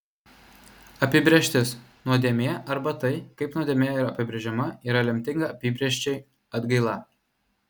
apibrėžtis nuodėmė arba tai kaip nuodėmė apibrėžiama yra lemtinga apibrėžčiai atgaila